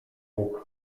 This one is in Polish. bóg